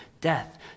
death